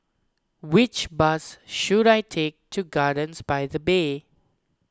which bus should I take to Gardens by the Bay